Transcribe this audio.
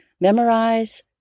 Memorize